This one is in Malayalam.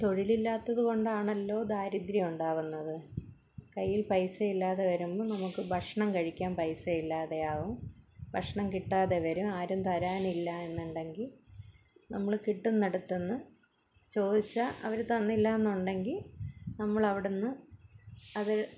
തൊഴിൽ ഇല്ലാത്തതുകൊണ്ടാണല്ലോ ദാരിദ്രം ഉണ്ടാകുന്നത് കയ്യിൽ പൈസയില്ലാതെ വരുമ്പം നമുക്ക് ഭക്ഷണം കഴിക്കാൻ പൈസ ഇല്ലാതെ ആവും ഭക്ഷണം കിട്ടാതെ വരും ആരും തരാൻ ഇല്ലായെന്നുണ്ടെങ്കിൽ നമ്മൾ കിട്ടുന്നയിടത്തു നിന്ന് ചോദിച്ചാൽ അവർ തന്നില്ലയെന്നുണ്ടെങ്കിൽ നമ്മൾ അവടെ നിന്ന് അത്